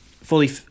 fully